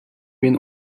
been